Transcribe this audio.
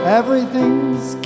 everything's